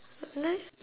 what